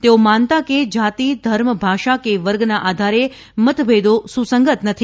તેઓ માનતા કે જાતિ ધર્મ ભાષા કે વર્ગના આધારે મતભેદો સુસંગત નથી